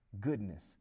goodness